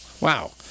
Wow